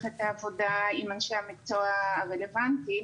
את העבודה עם אנשי המקצוע הרלוונטיים.